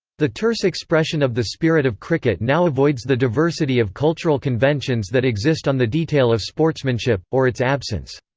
the terse expression of the spirit of cricket now avoids the diversity of cultural conventions that exist on the detail of sportsmanship or its absence.